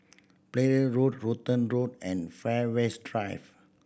play Road Rutland Road and Fairways Drive